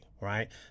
right